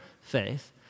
faith